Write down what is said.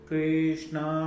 Krishna